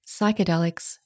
psychedelics